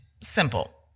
simple